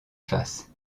faces